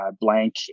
blank